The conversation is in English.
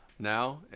now